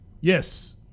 yes